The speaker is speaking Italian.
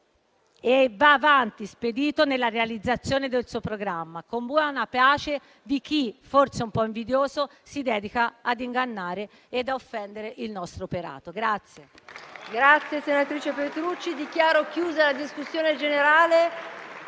e va avanti spedito nella realizzazione del suo programma, con buona pace di chi, forse un po' invidioso, si dedica ad ingannare e a offendere il nostro operato.